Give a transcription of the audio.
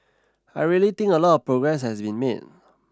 I really think a lot of progress has been made